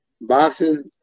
boxing